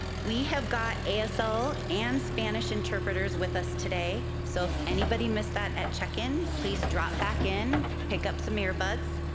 we have got asl and spanish interpreters with us today. so if anybody missed that at check-in, please drop back in, pick up some ear buds.